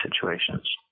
situations